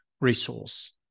resource